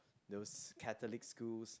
those Catholic schools